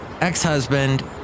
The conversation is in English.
Ex-husband